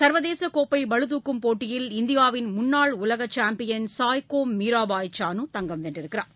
சர்வதேச கோப்பை பளுதூக்கும் போட்டியில் இந்தியாவின் முன்னாள் உலக சேப்பியன் சாய்கோம் மீராபாய் சானு தங்கம் வென்றுள்ளார்